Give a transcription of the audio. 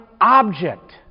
object